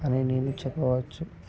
అని నేను చెప్పవచ్చు